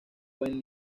buen